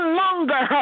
longer